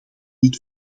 niet